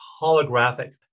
holographic